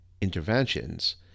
interventions